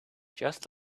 just